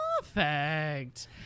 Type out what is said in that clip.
Perfect